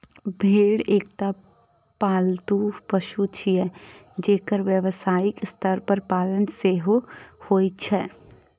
भेड़ एकटा पालतू पशु छियै, जेकर व्यावसायिक स्तर पर पालन सेहो होइ छै